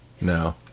No